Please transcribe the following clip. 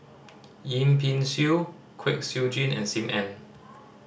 Yip Pin Xiu Kwek Siew Jin and Sim Ann